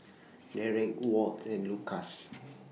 Dereck Walt and Lukas